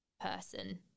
person